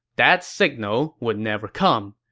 that signal would never come.